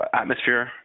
atmosphere